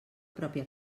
pròpia